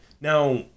Now